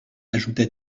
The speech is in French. ajouta